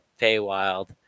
Feywild